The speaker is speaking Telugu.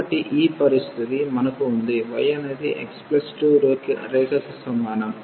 కాబట్టి ఈ పరిస్థితి మనకు ఉంది y అనేది x2 రేఖకి సమానం